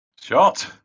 Shot